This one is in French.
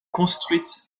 construite